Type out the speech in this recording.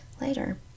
later